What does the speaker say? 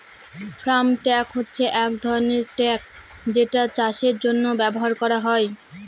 farm truck হচ্ছে এক ধরনের ট্র্যাক যেটা চাষের জন্য ব্যবহার করা হয়